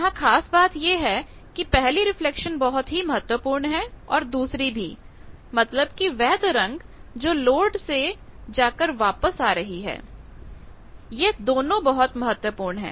यहां खास बात यह है कि पहली रिफ्लेक्शन बहुत ही महत्वपूर्ण है और दूसरी भी मतलब कि वह तरंग जो लोड से जाकर वापस आ रही है यह दोनों बहुत महत्वपूर्ण है